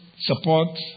support